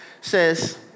says